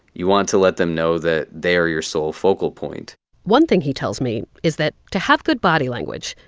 you want to let them know that they are your sole focal point one thing he tells me is that to have good body language,